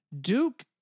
Duke